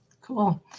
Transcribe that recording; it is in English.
Cool